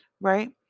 right